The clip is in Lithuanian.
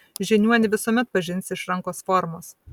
žiniuonį visuomet pažinsi iš rankos formos